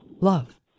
love